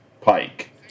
Pike